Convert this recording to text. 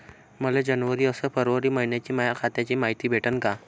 मले जनवरी अस फरवरी मइन्याची माया खात्याची मायती भेटन का?